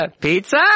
Pizza